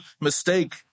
mistake